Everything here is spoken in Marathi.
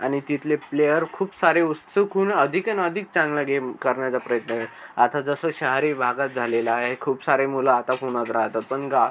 आणि तिथले प्लेयर खूप सारे उत्सुक होऊन अधिक आणि अधिक चांगला गेम करण्याचा प्रयत्न आता जसं शहरी भागात झालेलं आहे खूप सारे मुलं आता पुनत राहतात पण गा